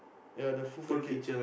ya the full package